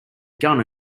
gun